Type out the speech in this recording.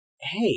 Hey